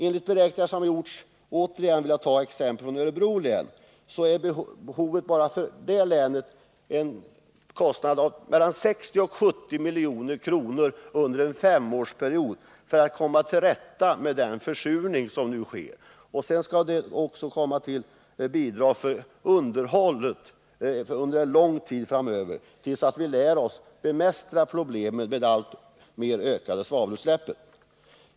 Enligt beräkningar som nyligen har gjorts av kalkningsbehovet i Örebro län — jag vill återigen ta ett exempel därifrån — skulle det behövas 60-70 milj.kr. under en femårsperiod för att komma till rätta med den försurning som nu sker. Dessutom tillkommer bidrag för underhåll under en lång tid framöver, till den dag vi har lärt oss att bemästra problemet med det ökade svavelutsläppet.